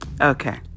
Okay